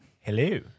Hello